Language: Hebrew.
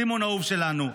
סימון אהוב שלנו,